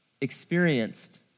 experienced